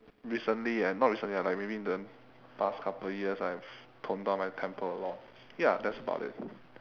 recently and not recently lah but maybe in the past couple years I have toned down my temper a lot ya that's about it